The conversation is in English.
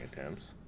attempts